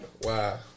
Wow